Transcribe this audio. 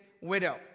widow